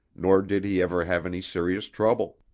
nor did he ever have any serious trouble.